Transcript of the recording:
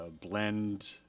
blend